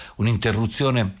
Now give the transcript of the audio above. un'interruzione